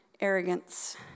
arrogance